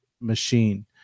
machine